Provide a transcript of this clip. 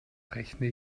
rechne